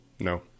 No